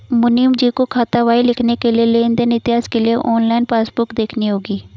मुनीमजी को खातावाही लिखने के लिए लेन देन इतिहास के लिए ऑनलाइन पासबुक देखनी होगी